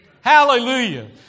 Hallelujah